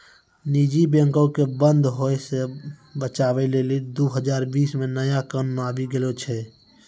निजी बैंको के बंद होय से बचाबै लेली दु हजार बीस मे नया कानून आबि गेलो छै